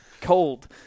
Cold